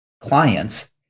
clients